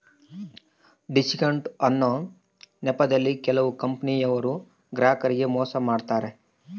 discount ಅನ್ನೊ ನೆಪದಲ್ಲಿ ಕೆಲವು ಕಂಪನಿಯವರು ಗ್ರಾಹಕರಿಗೆ ಮೋಸ ಮಾಡತಾರೆ